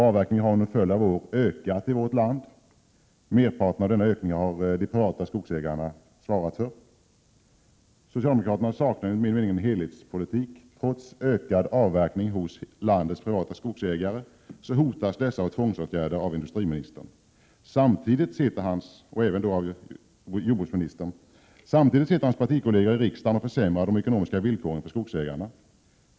Avverkningen har under en följd av år ökat i vårt land. Merparten av denna ökning har de privata skogsägarna svarat för. Socialdemokraterna saknar enligt min mening en helhetspolitik. Trots att landets privata skogsägare ökar avverkningarna hotas de av tvångsåtgärder av industriministern. Samtidigt sitter industriministerns och jordbruksministerns partikolleger i riksdagen och försämrar de ekonomiska villkoren för skogsägarna.